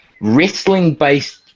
wrestling-based